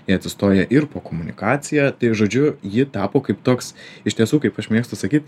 ji atsistoja ir po komunikacija žodžiu ji tapo kaip toks iš tiesų kaip aš mėgstu sakyt